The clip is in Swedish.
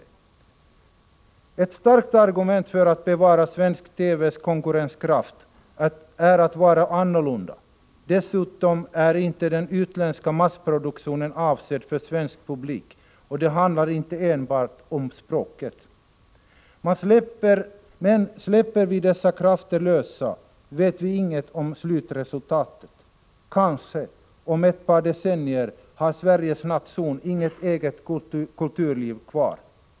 En viktig möjlighet när det gäller att bevara svensk TV:s konkurrenskraft är att vara annorlunda. Dessutom är inte den utländska massproduktionen avsedd för svensk publik, och det handlar inte enbart om språket. Men släpper vi dessa krafter lösa, vet vi inget om slutresultatet. Om ett par decennier har Sveriges nation kanske inget eget kulturliv kvar.